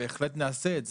בהחלט נעשה את זה,